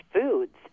foods